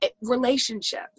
relationship